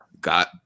Got